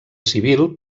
civil